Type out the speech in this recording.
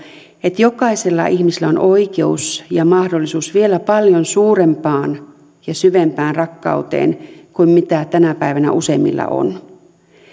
että jokaisella ihmisellä on oikeus ja mahdollisuus vielä paljon suurempaan ja syvempään rakkauteen kuin mitä tänä päivänä useimmilla on